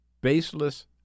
baseless